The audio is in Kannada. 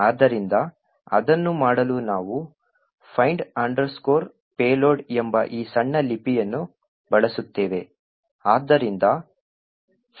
ಆದ್ದರಿಂದ ಅದನ್ನು ಮಾಡಲು ನಾವು find payload ಎಂಬ ಈ ಸಣ್ಣ ಲಿಪಿಯನ್ನು ಬಳಸುತ್ತೇವೆ